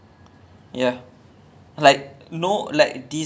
err ya eh this [one] no competition ah